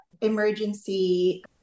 emergency